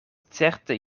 certe